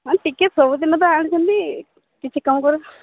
ହଁ ଟିକେ ସବୁ ଦିନ ତ ଆଣୁଛନ୍ତି କିଛି କମ୍ କର